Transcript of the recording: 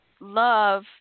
love